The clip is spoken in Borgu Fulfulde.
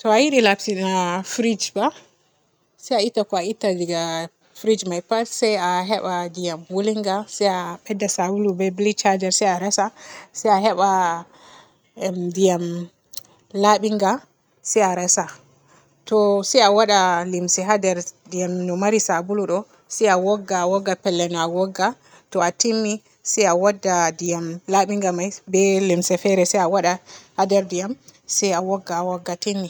To a yiɗi lapsina frige ba se a itta ko a itta diga frige me pat se a heba ndiyam woolinga se a bedda sabulu be blich haa nder se a resa se a heba em ndiyam labinga se a resa. To se a wada limse haa nder ndiyam no mari sabulu ɗo se a wogga a wogga pellel me a wogga to a timmi se a wadda ndiyam laabinga me be limse fere se a wada haa nder ndiyam se a wogga a wogga timmi.